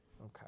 Okay